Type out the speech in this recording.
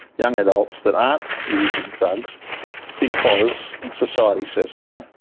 young adults, that aren't using drugs because society says no,